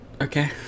Okay